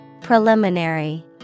Preliminary